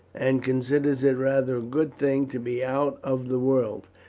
and considers it rather a good thing to be out of the world.